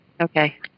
Okay